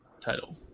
title